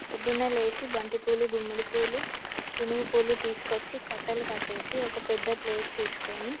పొద్దున్న లేచి బంతిపూలు గుమ్మడి పూలు గునుగు పూలు తీసుకు వచ్చి కట్టలు కట్టి ఒక పెద్ద ప్లేట్ తీసుకు ని